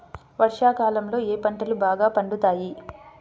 వర్షాకాలంలో ఏ పంటలు బాగా పండుతాయి?